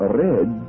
red